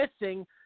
missing